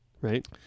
Right